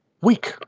week